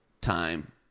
time